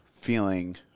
feeling